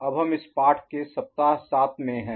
अब हम इस पाठ्यक्रम के सप्ताह 7 में हैं